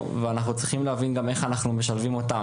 וצריכים להבין גם איך משלבים אותם,